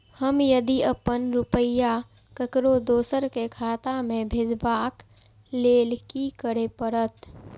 हम यदि अपन रुपया ककरो दोसर के खाता में भेजबाक लेल कि करै परत?